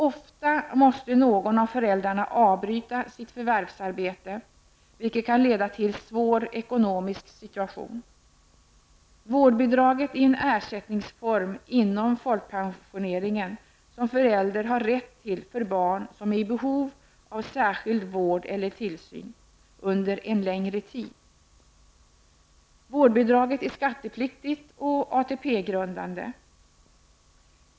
Ofta måste någon av föräldrarna avbryta sitt förvärvsarbete, vilket kan leda till en svår ekonomisk situation. Vårdbidraget är en ersättningsform inom folkpensionen som förälder har rätt till för barn som är i behov av särskild tillsyn eller vård under längre tid. Vårdbidraget är skattepliktigt och ATP-grundande.